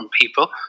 people